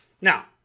Now